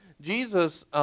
Jesus